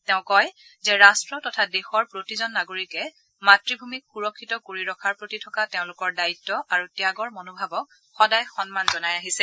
তেওঁ কয় যে ৰাট্ট তথা দেশৰ প্ৰতিজন নাগৰিকে মাতুভূমিক সুৰক্ষিত কৰি ৰখাৰ প্ৰতি থকা তেওঁলোকৰ দায়িত্ব আৰু ত্যাগৰ মনোভাৱক সদায় সন্মান জনাই আহিছে